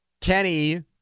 Kenny